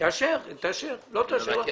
תאשר תאשר, לא תאשר לא תאשר.